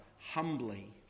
humbly